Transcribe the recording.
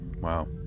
Wow